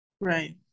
Right